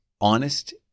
honest